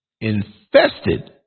Infested